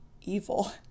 evil